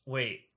Wait